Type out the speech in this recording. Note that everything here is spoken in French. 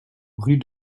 rue